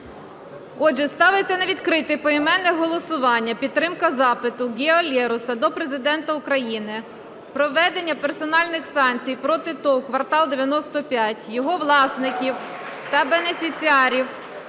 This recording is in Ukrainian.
Отже, ставиться на відкрите поіменне голосування підтримка запиту Гео Лероса до Президента України про введення персональних санкцій проти ТОВ "Квартал 95", його власників та бенефіціарів